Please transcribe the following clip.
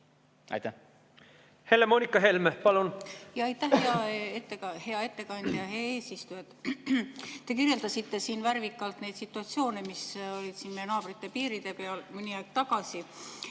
palun! Helle‑Moonika Helme, palun! Aitäh, hea ettekandja! Hea eesistuja! Te kirjeldasite värvikalt neid situatsioone, mis olid meie naabrite piiride peal mõni aeg tagasi.